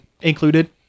included